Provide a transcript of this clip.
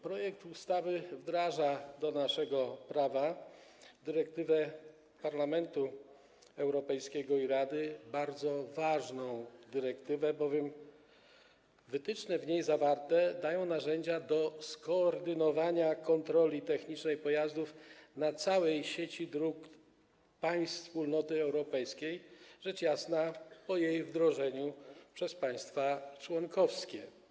Projekt ustawy wdraża do naszego prawa dyrektywę Parlamentu Europejskiego i Rady, bardzo ważną dyrektywę, bowiem wytyczne w niej zawarte dają narzędzia do skoordynowania kontroli technicznej pojazdów na całej sieci dróg państw Wspólnoty Europejskiej, rzecz jasna po jej wdrożeniu przez państwa członkowskie.